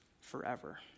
forever